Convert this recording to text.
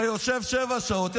אתה יושב שבע שעות,